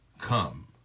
Come